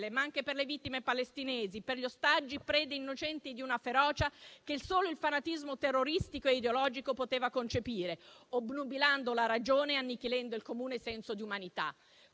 ma anche per le vittime palestinesi, per gli ostaggi, prede innocenti di una ferocia che solo il fanatismo terroristico e ideologico poteva concepire, obnubilando la ragione e annichilendo il comune senso di umanità.